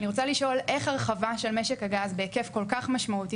אני רוצה לשאול איך הרחבה של משק הגז בהיקף כל כך משמעותי,